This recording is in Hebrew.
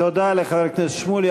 תודה לחבר הכנסת שמולי.